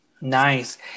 Nice